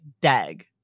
dag